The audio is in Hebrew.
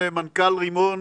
זאוברמן, מנכ"ל מרימון